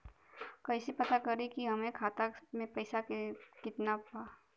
कइसे पता करि कि हमरे खाता मे कितना पैसा बा?